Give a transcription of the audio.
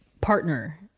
partner